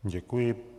Děkuji.